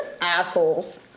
Assholes